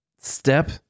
step